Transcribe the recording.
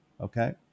okay